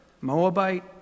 Moabite